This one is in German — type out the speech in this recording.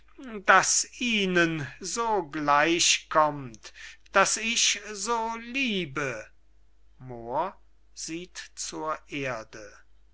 das ihnen so gleich kommt das ich so liebe moor